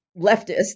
leftist